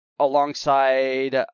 alongside